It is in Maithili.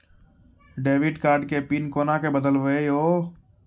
डेबिट कार्ड के पिन कोना के बदलबै यो?